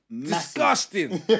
disgusting